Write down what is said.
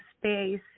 space